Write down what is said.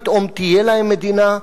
פתאום תהיה להם מדינה,